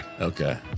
okay